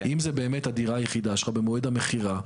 אם זו באמת הדירה היחידה שלך במועד המכירה.